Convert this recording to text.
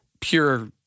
pure